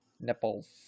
nipples